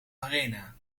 arena